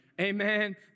amen